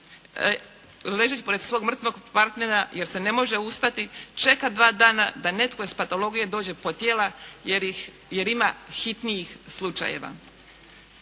ležeći pored svog mrtvog partnera jer se ne može ustati čeka dva dana da netko s patologije dođe po tijela jer ima hitnijih slučajeva.